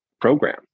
program